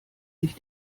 sich